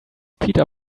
peter